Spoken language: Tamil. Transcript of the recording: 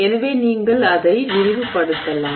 எனவே நீங்கள் அதை விரிவுபடுத்தலாம்